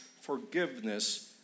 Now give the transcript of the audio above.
forgiveness